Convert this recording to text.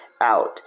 out